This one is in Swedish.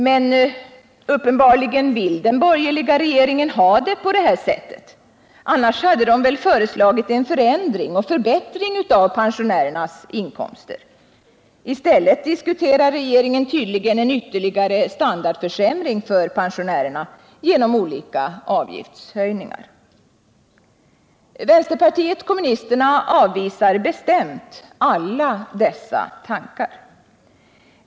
Men uppenbarligen vill den borgerliga regeringen ha det på det sättet. Annars hade den väl föreslagit en förändring och en förbättring av pensionärernas inkomster. I stället diskuterar regeringen tydligen ytterligare standardförsämringar för pensionärerna genom olika avgiftshöjningar. Vänsterpartiet kommunisterna avvisar bestämt alla sådana tankar.